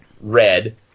red